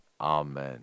Amen